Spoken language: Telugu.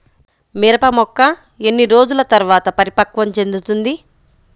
మిరప మొక్క ఎన్ని రోజుల తర్వాత పరిపక్వం చెందుతుంది?